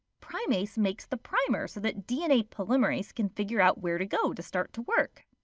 primase makes the primer so that dna polymerase can figure out where to go to start to work.